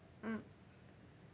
mm